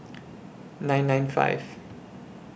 nine nine five